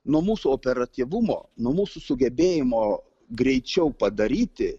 nuo mūsų operatyvumo nuo mūsų sugebėjimo greičiau padaryti